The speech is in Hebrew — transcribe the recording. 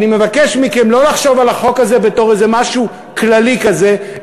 אני מבקש מכם לא לחשוב על החוק הזה בתור איזה משהו כללי כזה,